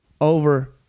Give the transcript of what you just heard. over